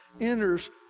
enters